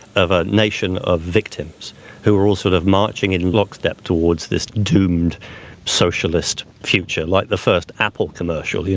of a nation of victims who were all sort of marching in lockstep towards this doomed socialist future. like the first apple commercial, yeah